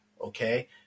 okay